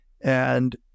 And-